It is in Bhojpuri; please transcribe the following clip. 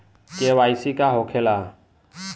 के.वाइ.सी का होखेला?